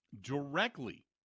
directly